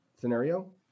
scenario